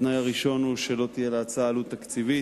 התנאי הראשון הוא שלא תהיה להצעה עלות תקציבית,